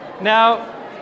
Now